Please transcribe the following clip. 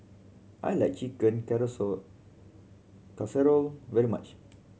I like Chicken Casserole very much